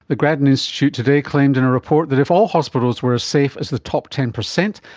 the grattan institute today claimed in a report that if all hospitals were as safe as the top ten percent,